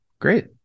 Great